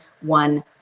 one